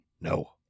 No